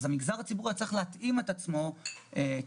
כך שהמגזר הציבורי היה צריך להתאים את עצמו תחת